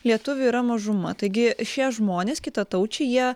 lietuvių yra mažuma taigi šie žmonės kitataučiai jie